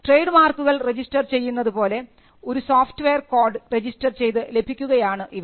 trade മാർക്കുകൾ register ചെയ്യുന്നതുപോലെ ഒരു സോഫ്റ്റ്വെയർ കോഡ് രജിസ്റ്റർ ചെയ്ത് ലഭിക്കുകയാണ് ഇവിടെ